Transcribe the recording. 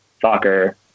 Soccer